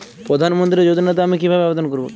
প্রধান মন্ত্রী যোজনাতে আমি কিভাবে আবেদন করবো?